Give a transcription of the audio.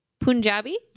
Punjabi